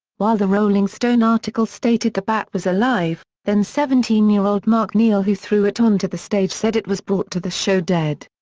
while the rolling stone article stated the bat was alive, then seventeen year old mark neal who threw it onto the stage said it was brought to the show dead.